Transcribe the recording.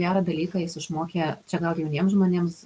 gerą dalyką jis išmokė čia gal jauniems žmonėms